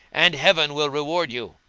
and heaven will reward you!